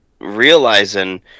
realizing